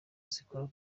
zikora